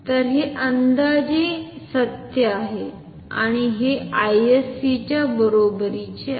तर हे अंदाजे सत्य आहे आणि हे Isc च्या बरोबरीचे आहे